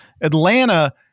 Atlanta –